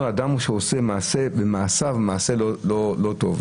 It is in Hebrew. על אדם שעושה מעשה ומעשיו מעשה לא טוב,